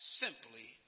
simply